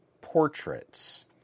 portraits